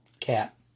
Cat